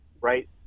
right